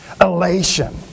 Elation